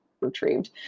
retrieved